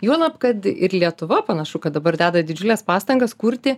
juolab kad ir lietuva panašu kad dabar deda didžiules pastangas kurti